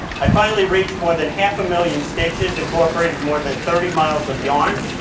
i finally reached more than half a million stitches, incorporated more than thirty miles of yarn,